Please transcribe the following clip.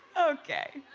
okay,